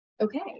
okay